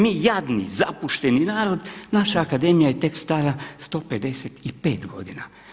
Mi jadni zapušteni narod, naša Akademija je tek stara 155 godina.